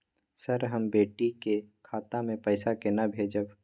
Sir, हम बेटी के खाता मे पैसा केना भेजब?